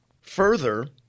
Further